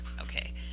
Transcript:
okay